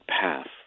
path